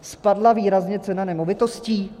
Spadla výrazně cena nemovitostí?